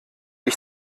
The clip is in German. ich